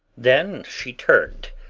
then she turned,